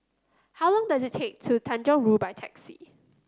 how long does it take to Tanjong Rhu by taxi